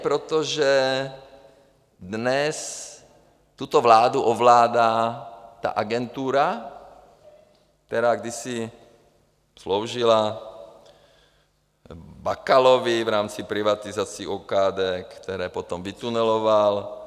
Protože dnes tuto vládu ovládá agentura, která kdysi sloužila Bakalovi v rámci privatizací OKD, které potom vytuneloval.